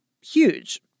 huge